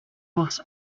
was